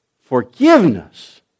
forgiveness